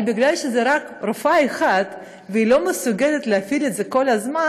אבל בגלל שזו רק רופאה אחת והיא לא מסוגלת להפעיל את זה כל הזמן,